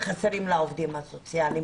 של עובדים סוציאליים.